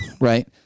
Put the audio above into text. right